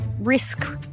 risk